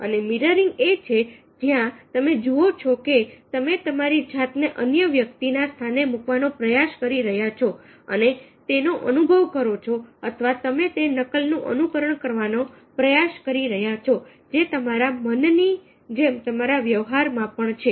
અને મીરરીંગ એ છે જ્યાં તમે જુઓ છો કે તમે તમારી જાતને અન્ય વ્યક્તિના સ્થાને મૂકવાનો પ્રયાસ કરી રહ્યા છો અને તેનો અનુભવ કરો છો અથવા તમે તે નકલ નું અનુકરણ કરવાનો પ્રયાસ કરી રહ્યા છો જે તમારા મનની જેમ તમારા વ્યવહારમાં પણ છે